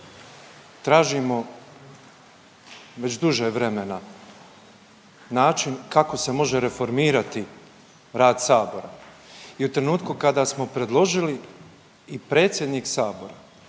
Tražimo već duže vremena način kako se može reformirati rad Sabora i u trenutku kada smo predložili i predsjednik Sabora